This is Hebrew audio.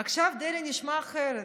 עכשיו דרעי נשמע אחרת,